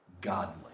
godly